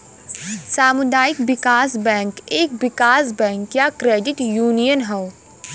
सामुदायिक विकास बैंक एक विकास बैंक या क्रेडिट यूनियन हौ